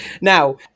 now